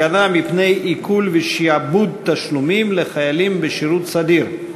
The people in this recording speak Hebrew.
הגנה מפני עיקול ושעבוד תשלומים לחיילים בשירות סדיר),